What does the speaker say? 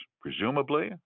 presumably